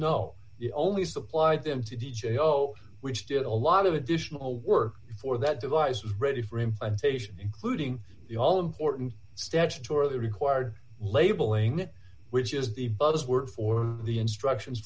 no only supplied them to d j o which did a lot of additional work before that device was ready for him and station including the all important statutorily required labeling which is the buzzword for the instructions